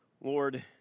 Lord